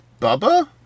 Bubba